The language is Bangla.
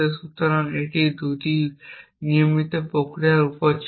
সুতরাং এটি 2টি নিয়মিত প্রক্রিয়ার উপর ছিল